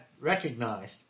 recognized